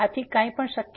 તેથી કંઇ પણ શક્ય છે